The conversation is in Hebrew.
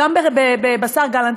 גם אצל השר גלנט,